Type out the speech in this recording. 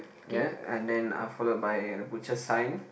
ya and then uh followed by the butcher sign